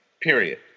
period